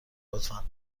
لطفا